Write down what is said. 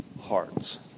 hearts